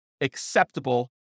acceptable